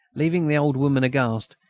leaving the old woman aghast,